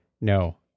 no